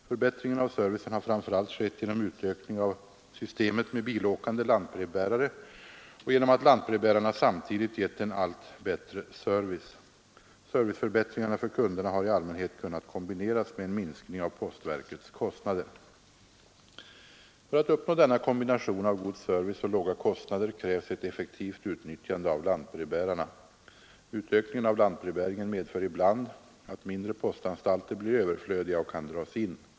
Förbättringen av servicen har framför allt skett genom utökning av systemet med bilåkande lantbrevbärare och genom att lantbrevbärarna samtidigt gett en allt bättre service. Serviceförbättringarna för kunderna har i allmänhet kunnat kombineras med en minskning av postverkets kostnader. För att uppnå denna kombination av god service och låga kostnader krävs ett effektivt utnyttjande av lantbrevbärarna. Utökningen av lantbrevbäringen medför ibland att mindre postanstalter blir överflödiga och kan dras in.